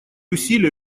усилия